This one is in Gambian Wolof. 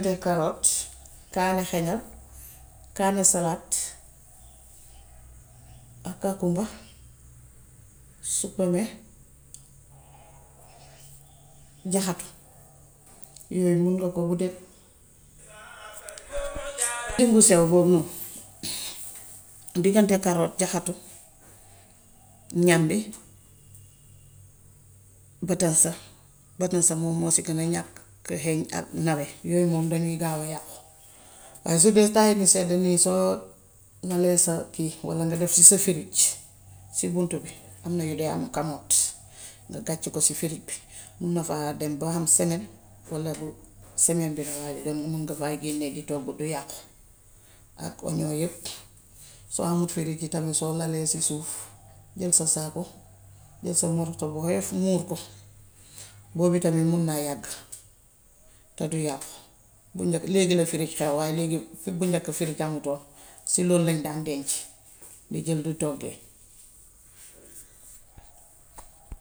karoot, kaani xeeñal, kaani salaat, ak pakkumba, suppome, jaxatu. Yooyu mun nga ko buddet. Lujum bu sew boobu noonu diggante karoot jaxatu, ñàmbi, batañsa. Batañsa moom moo ci gën a ñàkk a xeeñ ak nawe. Yooyu moom dañuy gaaw a yàqu. Waaye su dee time sedd nii soo nalee sa kii walla nga def ci sa firig, si buntu bi, am yu daa am kamoot, nga gàcc ko ci firig bi. Mun na faa dem ba ham semaine walla bu semaine biy waaj a jeex mun nga kaa génne di toggu du yàqu. Ak oñoo yépp. Soo amul firig itam, soo lalee ci suuf, jël sa saaku, jël sa moros bu hoyof muur ko. Boo bi tamit mun naa yàgg, te du yàqu. Bu njëkk, léegi la firig xew waaye léegi, bu njëkk firig hamutoon. Si lool lañ daan denc di jël di toggee.